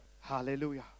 Hallelujah